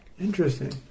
Interesting